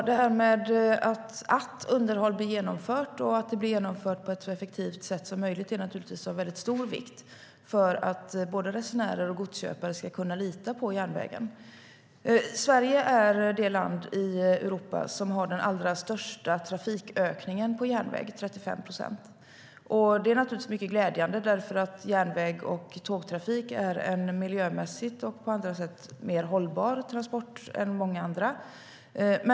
Fru talman! Att underhåll blir genomfört och att det blir genomfört på ett så effektivt sätt som möjligt är av väldigt stor vikt för att både resenärer och godsköpare ska kunna lita på järnvägen. Sverige är det land i Europa som har den allra största trafikökningen på järnväg, 35 procent. Det är naturligtvis mycket glädjande därför att järnväg och tågtrafik är miljömässigt och på andra sätt ett mer hållbart transportsätt än många andra.